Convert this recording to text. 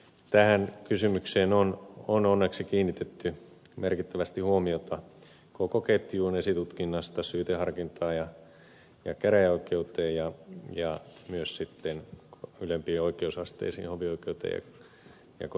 tähän kysymykseen on onneksi kiinnitetty merkittävästi huomiota koko ketjussa esitutkinnasta syyteharkintaan ja käräjäoikeuteen ja myös sitten ylempiin oikeusasteisiin hovioikeuteen ja korkeimpaan oikeuteen